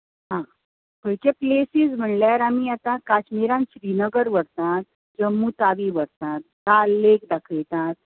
हां खंयचे प्लेसीस म्हळ्यार आमी आतां काश्मीरांत श्रीनगर व्हरतात जम्मू तारी व्हरतात दाल लेक दाखयतात